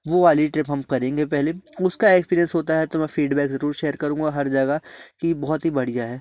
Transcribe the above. वो वाली ट्रिप हम करेंगे पहले उसका एक्स्पीरेंस होता है तो मैं फ़ीडबैक ज़रूर शेयर करूँगा हर जगह कि बहुत ही बढ़िया है